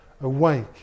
awake